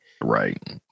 right